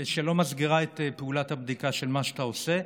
ושלא מסגירה את פעולת הבדיקה של מה שאתה עושה.